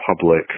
public